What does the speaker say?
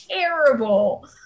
terrible